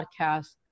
podcast